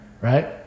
Right